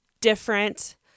different